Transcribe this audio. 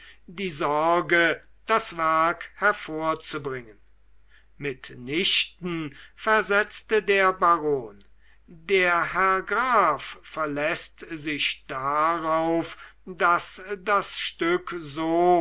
die sorge das werk hervorzubringen mit nichten versetzte der baron der herr graf verläßt sich darauf daß das stück so